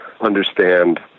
understand